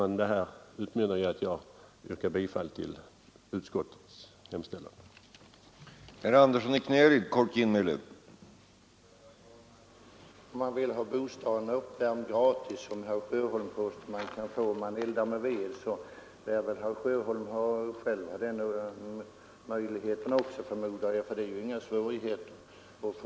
Vad jag nu anfört utmynnar i att jag yrkar bifall till utskottets hemställan.